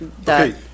Okay